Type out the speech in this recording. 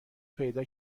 پیدا